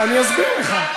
אני אסביר לך.